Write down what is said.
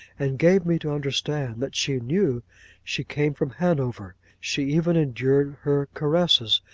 and gave me to understand that she knew she came from hanover she even endured her caresses,